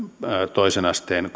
toisen asteen